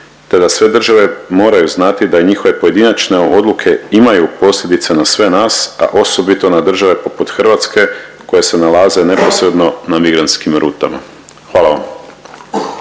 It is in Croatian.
sve države moraju znati da njihove pojedinačne odluke imaju posljedice na sve nas, a osobito na države poput Hrvatske koje se nalaze neposredno na migrantskim rutama, hvala vam.